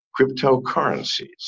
cryptocurrencies